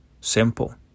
Simple